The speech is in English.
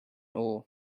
ore